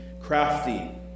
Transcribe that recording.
crafty